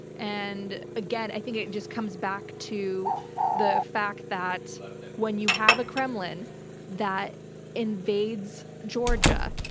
and again, i think it just comes back to the fact that when you have a kremlin that invades georgia,